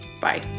bye